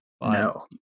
No